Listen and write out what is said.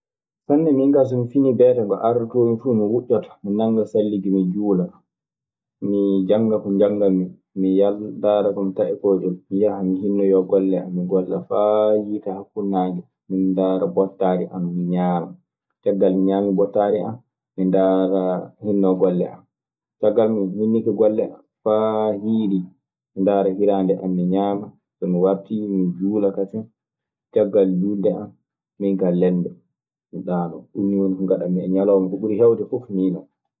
Sanne, min kaa so mi finii beetee ko ardotoomi fuu, mi wuƴƴoto, mi nannga salligi mi juula, mi jannga ko njanngammi. Mi ndaara faa mi taƴa kooñol. Mi yaha mi hinnoyoo golle an, mi golla faa yiite hakkunde naange. Mi ndaara bottaari an, mi ñaama. Caggal mi ñaamii bottaari an, mi ndaara hinnoo golle an. Caggal so mi hinniike golle an faa hiirii, mi ndaara hiraande an mi ñaama. So mi wartii, mi juula kasen. Caggal juulde an, min kaa lelnde, mi ɗaanoo. Ɗun nii woni ko ngaɗammi e ñalawma. Ko ɓuri heewde fof nii non.